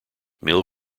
mill